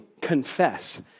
Confess